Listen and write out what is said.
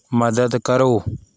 ਮਦਦ ਕਰੋ